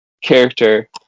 character